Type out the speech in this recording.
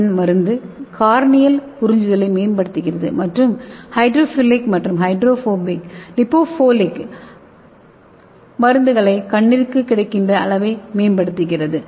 என் மருந்து கார்னியல் உறிஞ்சுதலை மேம்படுத்துகிறது மற்றும் ஹைட்ரோஃபிலிக் மற்றும் லிபோபிலிக் மருந்துகளை கண்ணிற்கு கிடைக்கின்ற அளவை மேம்படுத்துகிறது